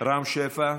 רם שפע,